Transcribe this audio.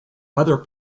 other